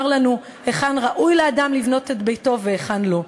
לנו היכן ראוי לאדם לבנות את ביתו והיכן לא.